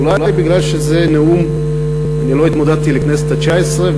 אולי מפני שלא התמודדתי לכנסת התשע-עשרה,